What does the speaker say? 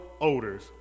odors